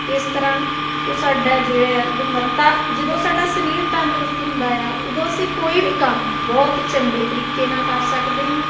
ਇਸ ਤਰ੍ਹਾਂ ਉਹ ਸਾਡਾ ਜਿਹੜਾ ਗੁਣਵੱਤਾ ਜਦੋਂ ਸਾਡਾ ਸਰੀਰ ਤੰਦਰੁਸਤ ਹੁੰਦਾ ਆ ਉਦੋਂ ਅਸੀਂ ਕੋਈ ਵੀ ਕੰਮ ਬਹੁਤ ਚੰਗੇ ਤਰੀਕੇ ਨਾਲ ਕਰ ਸਕਦੇ ਹਾਂ